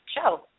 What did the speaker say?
show